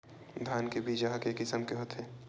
धान के बीजा ह के किसम के होथे?